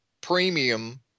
premium